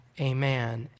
amen